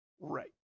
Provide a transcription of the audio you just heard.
Right